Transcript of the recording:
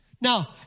Now